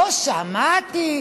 לא שמעתי.